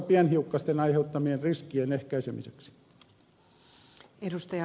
pienhiukkasten aiheuttamien riskien ehkäisemiseksi